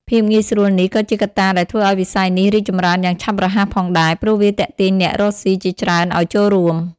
ភាពងាយស្រួលនេះក៏ជាកត្តាដែលធ្វើឱ្យវិស័យនេះរីកចម្រើនយ៉ាងឆាប់រហ័សផងដែរ ព្រោះវាទាក់ទាញអ្នករកស៊ីជាច្រើនឱ្យចូលរួម។